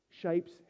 shapes